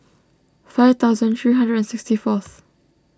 five thousand three hundred and sixty fourth